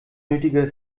nötige